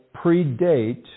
predate